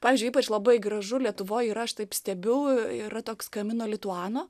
pavyzdžiui ypač labai gražu lietuvoj yra aš taip stebiu yra toks kamino lituano